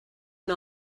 and